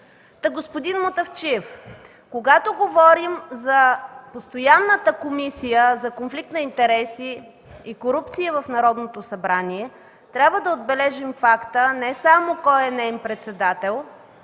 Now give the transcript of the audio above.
господин Мутафчиев, когато говорим за Постоянна комисия за конфликт на интереси и корупция в Народното събрание, трябва да отбележим факта не само кой е неин председател,